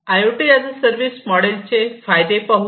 I O T as a service मॉडेलचे फायदे पाहुया